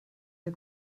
der